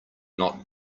not